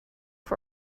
for